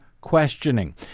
questioning